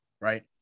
right